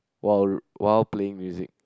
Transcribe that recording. while while playing music